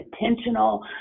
intentional